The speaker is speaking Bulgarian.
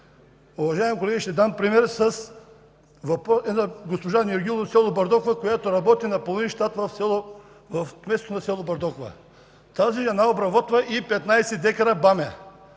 Уважаеми колеги, ще дам пример с госпожа Нергюл от с. Бърдоква, която работи на половин щат в кметството на с. Бърдоква. Тази жена обработва и 15 декара бамя.